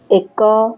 ଏକ